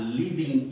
living